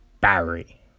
Barry